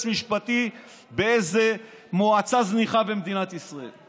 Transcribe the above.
משפטי באיזו מועצה זניחה במדינת ישראל.